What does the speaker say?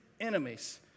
enemies